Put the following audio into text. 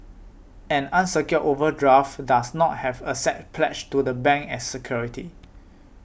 an unsecured overdraft does not have assets pledged to the bank as security